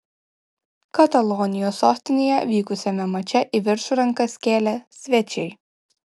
katalonijos sostinėje vykusiame mače į viršų rankas kėlė svečiai